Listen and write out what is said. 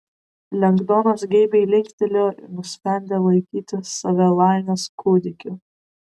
lengdonas geibiai linktelėjo ir nusprendė laikyti save laimės kūdikiu